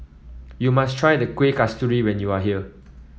you must try the Kuih Kasturi when you are here